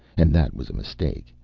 and that was a mistake.